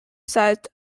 sized